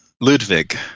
Ludwig